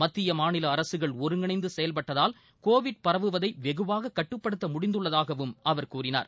மத்திய மாநில அரசுகள் ஒருங்கிணந்து செயல்பட்டதால் கோவிட் பரவுவதை வெகுவாக கட்டுப்படுத்த முடிந்துள்ளதாகவும் அவர் கூறினார்